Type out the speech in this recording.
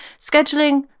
scheduling